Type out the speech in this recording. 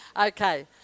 Okay